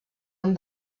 hom